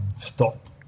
stop